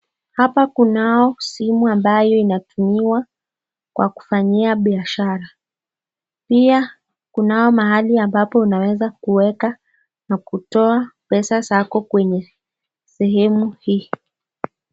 Hapa kunayo simu ambayo inatumiwa kwa kufanyia biashara. Pia kuna mahali ambapo unaweza kuweka na kutoa pesa zako kwenye sehemu hii.